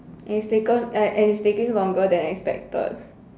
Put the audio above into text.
and it's taken and it's taking longer than expected